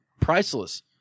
priceless